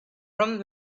from